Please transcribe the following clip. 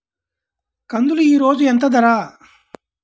కందులు ఈరోజు ఎంత ధర?